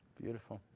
beautiful.